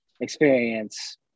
experience